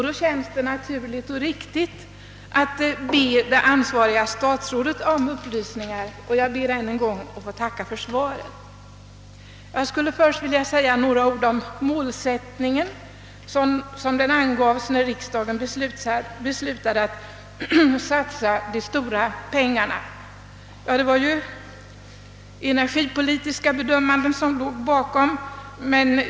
Det känns då naturligt och riktigt att be det ansvariga statsrådet om upplysningar, och jag ber än en gång att få tacka för det svar jag fått. Jag vill först säga några ord om den målsättning som angavs när riksdagen beslutade att satsa de stora pengarna. Det var energipolitiska bedömanden som då låg bakom beslutet.